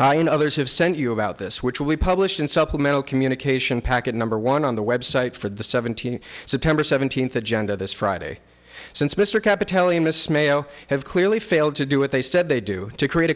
i and others have sent you about this which will be published in supplemental communication packet number one on the website for the seventeen september seventeenth agenda this friday since mr capitally miss mayo have clearly failed to do what they said they do to create a